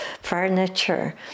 furniture